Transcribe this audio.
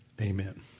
Amen